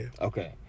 okay